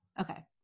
Okay